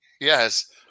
Yes